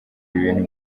ibintu